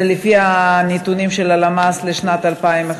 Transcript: זה לפי הנתונים של הלמ"ס לשנת 2011,